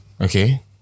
Okay